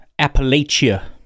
Appalachia